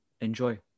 enjoy